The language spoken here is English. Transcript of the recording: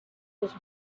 was